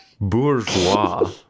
bourgeois